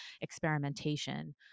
experimentation